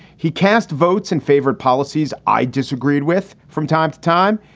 he cast votes and favored policies i disagreed with from time to time.